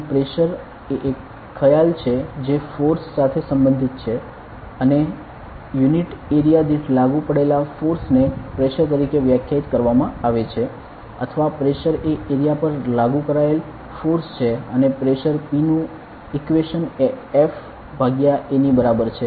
અને પ્રેશર એ એક ખ્યાલ છે જે ફોર્સ સાથે સંબંધિત છે અને યુનિટ એરિયા દીઠ લાગુ પડેલા ફોર્સ ને પ્રેશર તરીકે વ્યાખ્યાયિત કરવામાં આવે છે અથવા પ્રેશર એ એરિયા પર લાગુ કરાયેલ ફોર્સ છે અને પ્રેશર Pનું ઇકવેશન એ FA ની બરાબર છે